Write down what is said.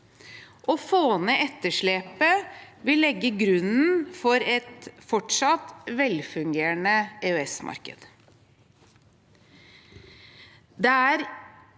Å få ned etterslepet vil legge grunnlaget for et fortsatt velfungerende EØS-marked.